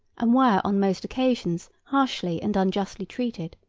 and were on most occasions harshly and unjustly treated.